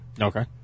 Okay